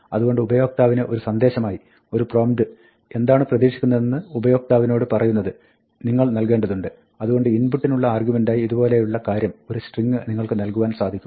അതുകൊണ്ട് ഉപയോക്താവിനുള്ള ഒരു സന്ദേശമായി ഒരു പ്രോംപ്റ്റ് എന്താണ് പ്രതീക്ഷിക്കുന്നതെന്ന് ഉപയോക്താവിനോട് പറയുന്നത് നിങ്ങൾ നൽകേണ്ടതുണ്ട് അതുകൊണ്ട് input നുള്ള ആർഗ്യുമെന്റായി അതുപോലെയുള്ള കാര്യം ഒരു സ്ട്രിങ്ങ് നിങ്ങൾക്ക് നൽകുവാൻ സാധിക്കും